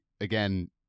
again